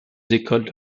écoles